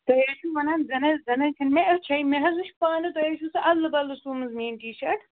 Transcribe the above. تُہۍ حظ چھِو وَنان زَن حظ زَن حظ چھنہٕ مےٚ أتھے مےٚ حظ وُچھ پانہٕ تۄہہِ حظ چھُو سُہ اَدلہٕ بدلہٕ سومٕژ میٲنۍ ٹی شٲرٹ